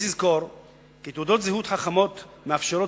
יש לזכור כי תעודות זהות חכמות מאפשרות